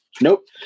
Nope